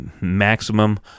maximum